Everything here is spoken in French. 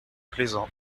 plaisant